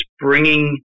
bringing